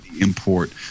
import